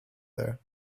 there